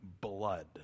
blood